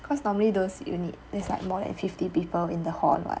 cause normally those u need is like more than fifty people in the hall [what]